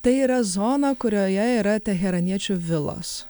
tai yra zona kurioje yra teheraniečių vilos